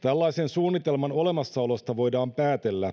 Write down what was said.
tällaisen suunnitelman olemassaolosta voidaan päätellä